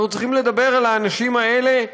אנחנו צריכים לדבר על האנשים האלה,